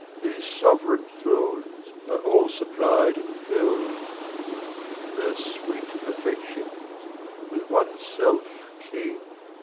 these sovereign thrones, are all supplied, and fill'd her sweet perfections with one self king!